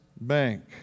bank